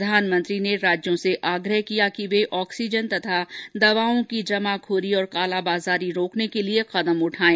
प्रधानमंत्री ने राज्यों से आग्रह किया कि वे ऑक्सीजन तथा दवाओं की जमाखोरी और कालाबाजारी रोकने के लिए कदम उठाएं